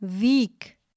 weak